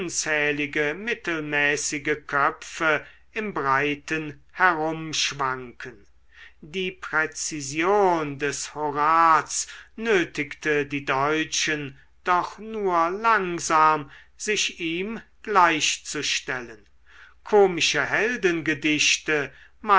unzählige mittelmäßige köpfe im breiten herumschwanken die präzision des horaz nötigte die deutschen doch nur langsam sich ihm gleichzustellen komische